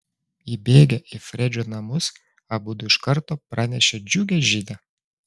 įbėgę į fredžio namus abudu iš karto pranešė džiugią žinią